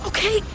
Okay